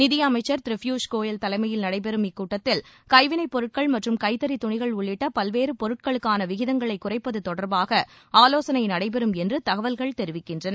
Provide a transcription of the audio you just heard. நிதி அமைச்சர் திரு பியூஸ் கோயல் தலைமையில் நடைபெறும் கூட்டத்தில் கைவினைப்பொருட்கள் மற்றும் கைதறித் துணிகள் உள்ளிட்ட பல்வேறு பொருட்களுக்கான விகிதங்களை குறைப்பது தொடர்பாக ஆலோசனை நடைபெறும் என்று தகவல்கள் தெரிவிக்கின்றன